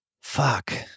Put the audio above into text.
fuck